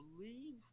believe